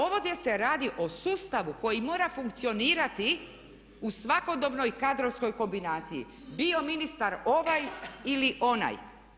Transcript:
Ovdje se radi o sustavu koji mora funkcionirati u svakodobnoj kadrovskoj kombinaciji bio ministar ovaj ili onaj.